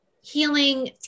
healing